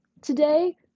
today